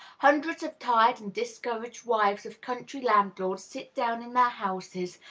hundreds of tired and discouraged wives of country landlords sit down in their houses,